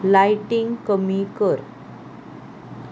lighting कमी कर